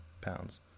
pounds